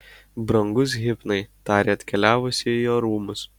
brangus hipnai tarė atkeliavusi į jo rūmus